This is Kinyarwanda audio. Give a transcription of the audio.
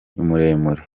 muremure